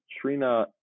Trina